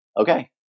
okay